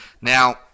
Now